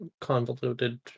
convoluted